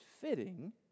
fitting